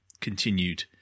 continued